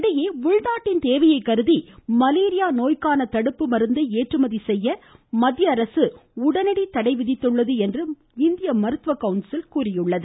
இதனிடையே உள்நாட்டின் தேவையை கருதி மலேரியா நோய்க்கான தடுப்பு மருந்தை ஏற்றுமதி செய்வதற்கு மத்திய அரசு உடனடி தடை விதித்துள்ளது என்று இந்திய மருத்துவ கவுன்சில் தெரிவித்துள்ளது